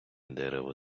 дерево